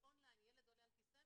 ילד עולה על כסא?